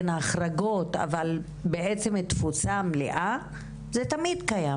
אין החרגות אבל התפוסה המלאה תמיד הייתה